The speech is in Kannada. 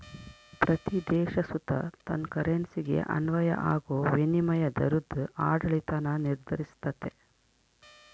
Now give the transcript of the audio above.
ಪ್ರತೀ ದೇಶ ಸುತ ತನ್ ಕರೆನ್ಸಿಗೆ ಅನ್ವಯ ಆಗೋ ವಿನಿಮಯ ದರುದ್ ಆಡಳಿತಾನ ನಿರ್ಧರಿಸ್ತತೆ